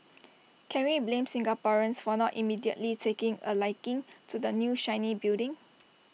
can we blame Singaporeans for not immediately taking A liking to the new shiny building